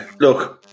look